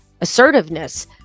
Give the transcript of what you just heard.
assertiveness